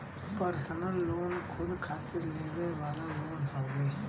personal loan खुद खातिर लेवे वाला लोन हउवे